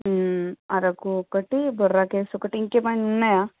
అరకు ఒకటి బొర్రా కేవ్స్ ఒకటి ఇంకా ఏమైనా ఉన్నాయా